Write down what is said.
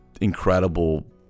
incredible